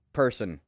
person